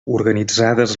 organitzades